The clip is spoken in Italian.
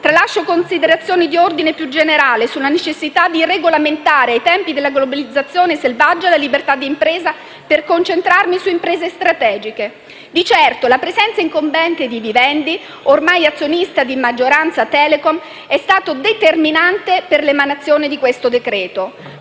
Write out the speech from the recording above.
Tralascio considerazioni di ordine più generale sulla necessità di regolamentare i tempi della globalizzazione selvaggia e la libertà di impresa, per concentrarmi su imprese strategiche. Di certo la presenza incombente di Vivendi, ormai azionista di maggioranza di Telecom, è stata determinante per l'emanazione di questo decreto-legge.